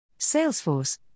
Salesforce